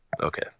Okay